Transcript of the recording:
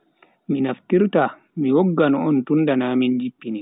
Mi naftirta mi woggan on tunda na min jippini ba.